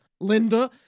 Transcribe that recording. Linda